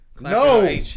No